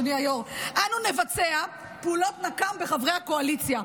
אדוני היו"ר: אנו נבצע פעולות נקם בחברי הקואליציה.